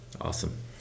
Awesome